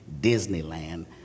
Disneyland